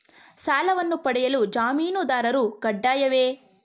ಸಾಲವನ್ನು ಪಡೆಯಲು ಜಾಮೀನುದಾರರು ಕಡ್ಡಾಯವೇ?